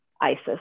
ISIS